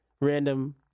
random